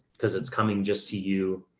cause it's coming just to you